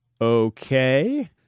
Okay